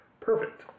perfect